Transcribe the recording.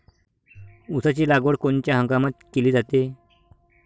ऊसाची लागवड कोनच्या हंगामात केली जाते?